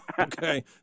Okay